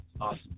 awesome